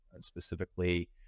specifically